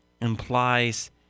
implies